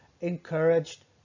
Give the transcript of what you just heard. encouraged